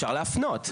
אפשר להפנות.